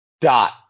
Dot